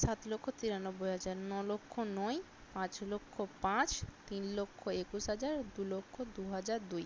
সাত লক্ষ তিরানব্বই হাজার ন লক্ষ নয় পাঁচ লক্ষ পাঁচ তিন লক্ষ একুশ হাজার দু লক্ষ দু হাজার দুই